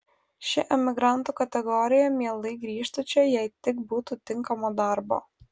ši emigrantų kategorija mielai grįžtu čia jei tik būtų tinkamo darbo